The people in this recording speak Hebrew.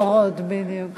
תספורות, בדיוק.